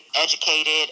educated